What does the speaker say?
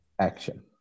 action